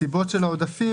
הסיבות של העודפים